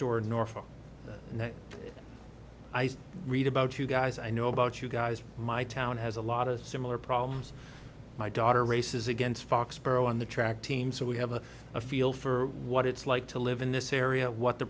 in norfolk and i read about you guys i know about you guys my town has a lot of similar problems my daughter races against foxborough on the track team so we have a feel for what it's like to live in this area what the